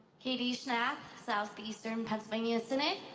katy schnath, southeastern pennsylvania synod.